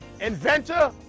inventor